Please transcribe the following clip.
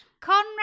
Conrad